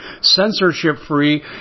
censorship-free